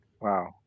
wow